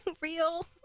real